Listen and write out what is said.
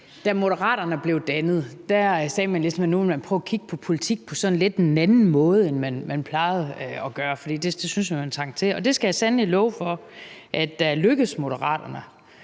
Da Moderaterne blev dannet, sagde man, at nu ville man prøve at kigge på politik på sådan lidt en anden måde, end man plejede at gøre, for det syntes man at man trængte til, og det skal jeg sandelig love for er lykkedes Moderaterne.